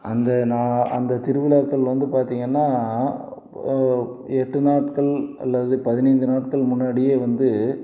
அந்த அந்த திருவிழாக்கள் வந்து பார்த்தீங்கன்னா எட்டு நாட்கள் அல்லது பதினைந்து நாட்கள் முன்னாடியே வந்து